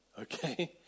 okay